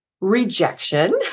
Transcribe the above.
rejection